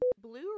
Blue